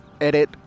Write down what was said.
edit